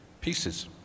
pieces